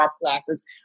classes